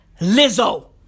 Lizzo